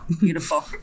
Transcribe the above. Beautiful